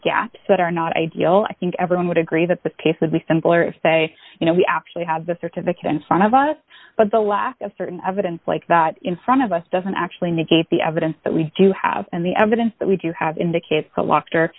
gap that are not ideal i think everyone would agree that the case would be simpler if say you know we actually have the certificate and some of us but the lack of certain evidence like that in front of us doesn't actually negate the evidence that we do have and the evidence that we do have indicates